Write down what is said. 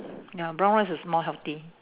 ya brown rice is more healthy